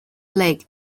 blake